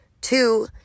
Two